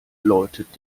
läutet